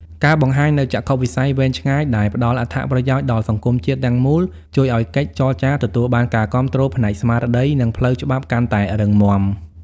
ការបង្ហាញនូវចក្ខុវិស័យវែងឆ្ងាយដែលផ្ដល់អត្ថប្រយោជន៍ដល់សង្គមជាតិទាំងមូល ជួយឱ្យកិច្ចចរចាទទួលបាននូវការគាំទ្រផ្នែកស្មារតី និងផ្លូវច្បាប់កាន់តែរឹងមាំ។